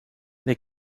they